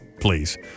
Please